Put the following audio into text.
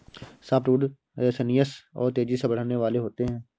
softwood resinous और तेजी से बढ़ने वाले होते हैं